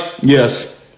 yes